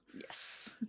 yes